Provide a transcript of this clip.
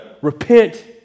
repent